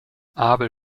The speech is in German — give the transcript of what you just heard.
abel